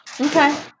Okay